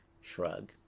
Shrug